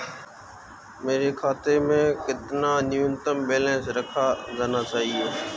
मेरे खाते में कितना न्यूनतम बैलेंस रखा जाना चाहिए?